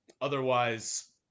otherwise